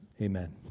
Amen